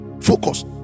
Focus